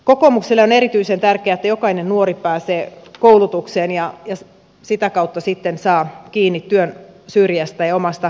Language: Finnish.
kokoomukselle on erityisen tärkeää että jokainen nuori pääsee koulutukseen ja sitä kautta sitten saa kiinni työn syrjästä ja omasta elämästään